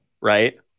Right